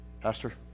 Pastor